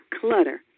clutter